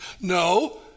no